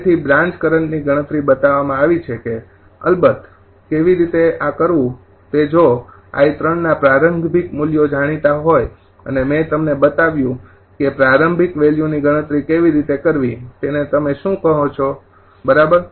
તેથી બ્રાન્ચ કરંટની ગણતરી બતાવવામાં આવી છે કે અલબત્ત કેવી રીતે આ કરવું તે જો I ના પ્રારંભિક મૂલ્યો જાણીતા હોય અને મેં તમને બતાવ્યું કે પ્રાંરભિક વેલ્યુ ની ગણતરી કેવી રીતે કરવી તેને તમે શું કહો છો 𝐼 બરાબર